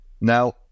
Now